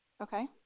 Okay